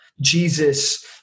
Jesus